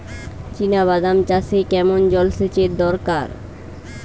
চিনাবাদাম চাষে কেমন জলসেচের দরকার?